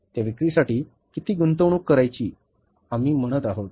त्या विक्रीसाठी किती गुंतवणूक करायची आम्ही म्हणत आहोत